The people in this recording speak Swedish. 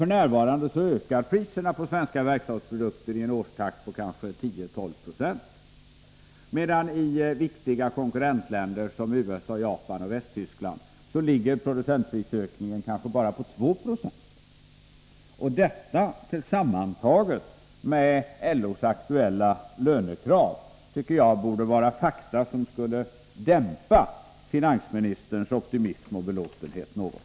F. n. ökar priserna på svenska verkstadsprodukter i en årstakt på bortåt 10-12 96 medan producentprisökningen i viktiga konkurrentländer som USA, Japan och Västtyskland ligger på kanske bara 2 26. Detta sammantaget med LO:s aktuella lönekrav är fakta som jag tycker borde dämpa finansministerns optimism och belåtenhet något.